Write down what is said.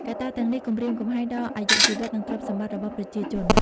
កត្តាទាំងនេះគំរាមកំហែងដល់អាយុជីវិត និងទ្រព្យសម្បត្តិរបស់ប្រជាជន។